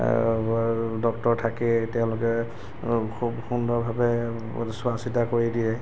আৰু ডক্টৰ থাকেই তেওঁলোকে সুন্দৰভাৱে চোৱা চিতা কৰি দিয়ে